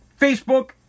Facebook